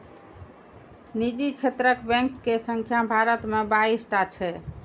निजी क्षेत्रक बैंक के संख्या भारत मे बाइस टा छै